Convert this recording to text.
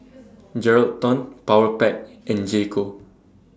Geraldton Powerpac and J Co